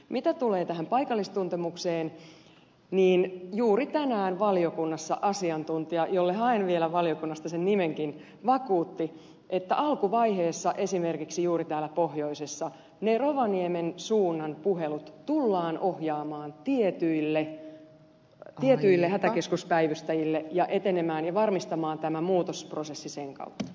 mitä tulee paikallistuntemukseen niin juuri tänään valiokunnassa asiantuntija jolle haen vielä valiokunnasta sen nimenkin vakuutti että alkuvaiheessa esimerkiksi juuri täällä pohjoisessa ne rovaniemen suunnan puhelut tullaan ohjaamaan tietyille hätäkeskuspäivystäjille ja edetään ja varmistetaan tämä muutosprosessi sen kautta